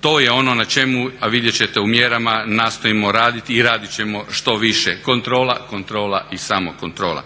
to je ono na čemu vidjet ćete u mjerama nastojimo raditi i radit ćemo što više. Kontrola, kontrola i samo kontrola.